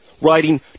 writing